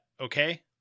okay